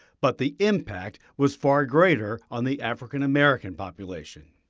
but the impact was far greater on the african-american population.